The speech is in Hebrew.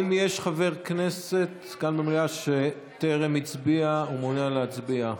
האם יש חבר כנסת כאן במליאה שטרם הצביע ומעוניין להצביע?